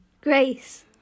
grace